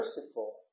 merciful